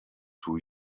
two